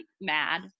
mad